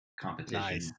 competition